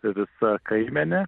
visa kaimene